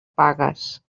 pagues